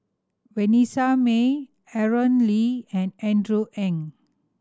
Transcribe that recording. Vanessa Mae Aaron Lee and Andrew Ang